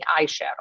eyeshadow